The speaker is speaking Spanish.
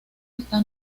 está